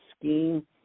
scheme